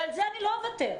ועל זה לא אוותר,